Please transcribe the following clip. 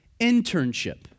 internship